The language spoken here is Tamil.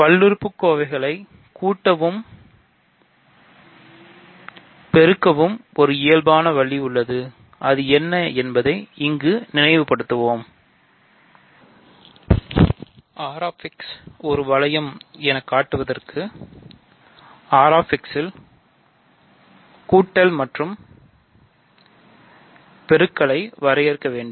பல்லுறுப்புக்கோவைகளை கூட்டவும் பெருக்கவும் ஒரு இயல்பன வழி உள்ளது அது என்ன என்பதை இங்கு நினைவுபடுத்துவோம் Rx ஒரு வளையம் என காட்டுவதற்கு Rx ல் கூட்டல் மற்றும் பெருக்களை வரையறுக்க வேண்டும்